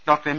doctor M